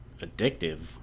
addictive